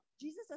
Jesus